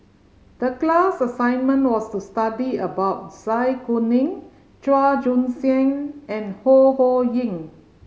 the class assignment was to study about Zai Kuning Chua Joon Siang and Ho Ho Ying